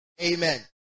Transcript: amen